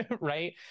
right